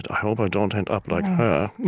ah i hope i don't end up like her.